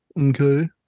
Okay